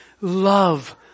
love